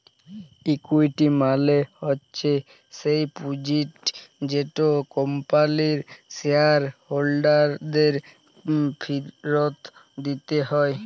equity মালে হচ্যে স্যেই পুঁজিট যেট কম্পানির শেয়ার হোল্ডারদের ফিরত দিতে হ্যয়